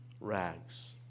rags